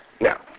now